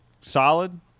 solid